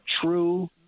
true